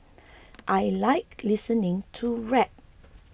I like listening to rap